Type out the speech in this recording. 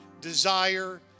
desire